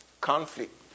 conflict